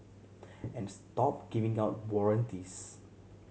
and stop giving out warranties